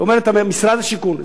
משרד השיכון,